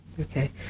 okay